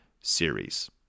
series